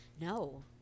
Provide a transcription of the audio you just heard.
no